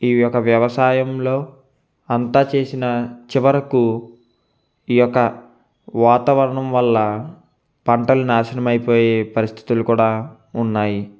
ఈ ఒక వ్యవసాయంలో అంతా చేసిన చివరకు ఈ యొక్క వాతావరణం వల్ల పంటలు నాశనం అయిపోయే పరిస్థితులు కూడా ఉన్నాయి